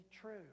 true